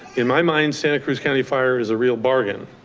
in my mind, santa cruz county fire is a real bargain,